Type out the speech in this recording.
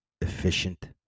efficient